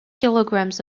kilograms